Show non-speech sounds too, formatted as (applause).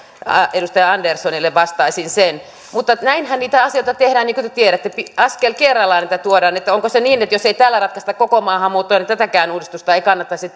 edustaja anderssonille vastaisin sen mutta näinhän niitä asioita tehdään niin kuin te tiedätte askel kerrallaan niitä tuodaan onko se niin että jos ei tällä ratkaista koko maahanmuuttoa niin tätäkään uudistusta ei kannattaisi (unintelligible)